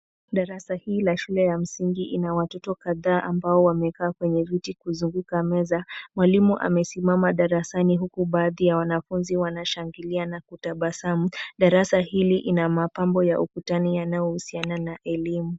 Darasa hii ya shule ya msingi ina watoto kadhaa ambao wamekaa kwenye viti kuzunguka meza. Mwalimu amesimama darasani huku baadhi ya wanafunzi wanashangilia na kutabasamu. Darasa hili ina mapambo ya ukutani yanayohusiana na elimu.